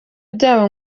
byabo